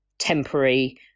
temporary